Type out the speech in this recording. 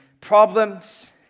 problems